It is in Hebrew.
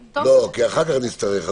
לא, כי אחר כך אני אצטרך.